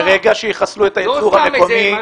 ברגע שיחסלו את הייצור המקומי,